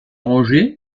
rangée